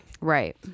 Right